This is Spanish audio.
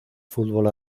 fútbol